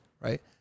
right